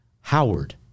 Howard